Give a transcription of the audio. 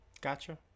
gotcha